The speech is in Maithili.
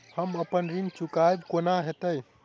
हम अप्पन ऋण चुकाइब कोना हैतय?